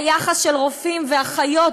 היחס של רופאים ואחיות,